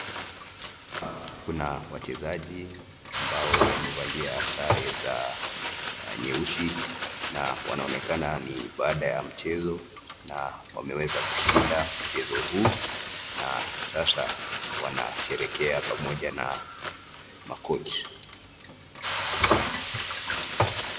Kuna wachezaji ambao wamevalia sare za nyeusi na wanaonekana ni baada ya mchezo na wameweza kushinda mchezo huu na sasa wanasherekea pamoja na macoach .